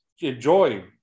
Enjoy